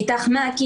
ב"איתך מעכי",